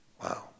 Wow